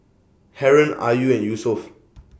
Haron Ayu and Yusuf